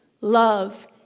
love